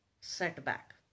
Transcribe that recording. setback